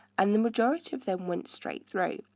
and the majority of them went straight through,